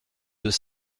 deux